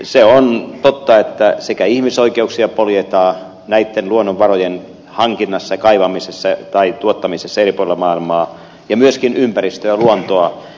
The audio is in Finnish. se on totta että ihmisoikeuksia poljetaan näitten luonnonvarojen hankinnassa kaivamisessa tai tuottamisessa eri puolilla maailmaa ja myöskin ympäristöä ja luontoa